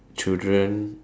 children